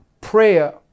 prayer